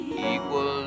equal